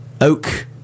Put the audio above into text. oak